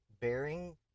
bearing